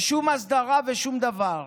ושום הסדרה ושום דבר,